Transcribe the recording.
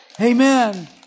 Amen